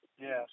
Yes